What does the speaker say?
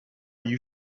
you